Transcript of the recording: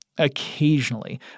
occasionally